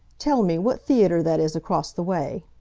tell me what theatre that is across the way?